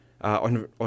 on